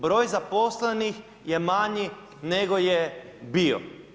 Broj zaposlenih je manji, nego je bio.